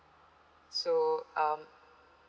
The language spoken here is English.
so um